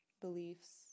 beliefs